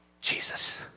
Jesus